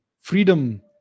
freedom